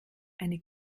eine